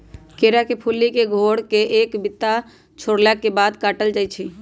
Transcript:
केरा के फुल्ली के घौर से एक बित्ता छोरला के बाद काटल जाइ छै